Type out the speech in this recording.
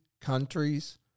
countries